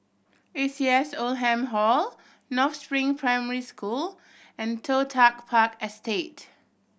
A C S Oldham Hall North Spring Primary School and Toh Tuck Park Estate